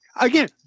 again